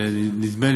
שנדמה לי,